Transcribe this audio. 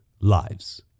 lives